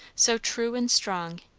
so true and strong,